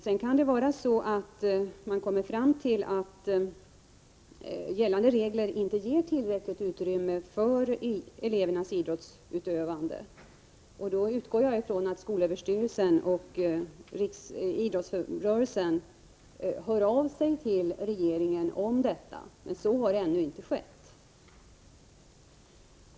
Sedan kan det vara så att man kommer fram till att gällande regler inte ger tillräckligt utrymme för elevernas idrottsutövande, och då utgår jag från att skolöverstyrelsen och idrottsrörelsen hör av sig till regeringen om detta. Så har ännu inte skett.